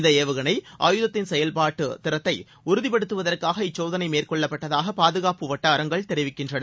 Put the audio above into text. இந்த ஏவுகணை ஆயுதத்தின் செயல்பாட்டு திறத்தை உறுதிபடுத்துவதற்காக இச்சோதனை மேற்கொள்ளப்பட்டதாக பாதுகாப்பு வட்டாரங்கள் தெரிவிக்கின்றன